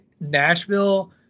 Nashville